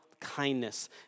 kindness